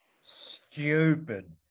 stupid